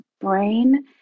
brain